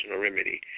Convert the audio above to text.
remedy